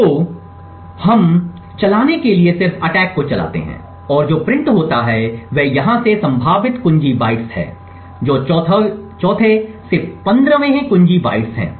तो हम चलाने के लिए सिर्फ अटैक को चलाते हैं और जो प्रिंट होता हैं वे यहां से संभावित कुंजी बाइट्स हैं जो 4 वें से 15 वें कुंजी बाइट्स हैं